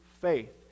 faith